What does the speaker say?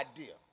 idea